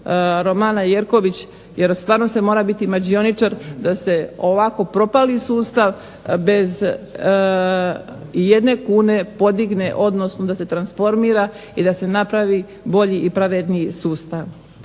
Romana Jerković jer stvarno se mora biti mađioničar da se ovako propali sustav bez ijedne kune podigne, odnosno da se transformira i da se napravi bolji i pravedniji sustav.